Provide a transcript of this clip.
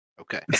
okay